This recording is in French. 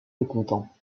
mécontents